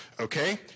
okay